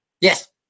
Yes